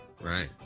right